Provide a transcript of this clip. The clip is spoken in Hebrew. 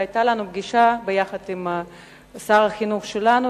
והיתה לנו פגישה יחד עם שר החינוך שלנו,